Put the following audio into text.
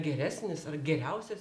geresnis ar geriausias